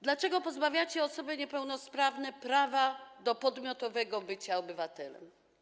Dlaczego pozbawiacie osoby niepełnosprawne prawa do podmiotowości, do bycia obywatelem?